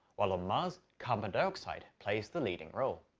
while on mars carbon dioxide plays the leading role.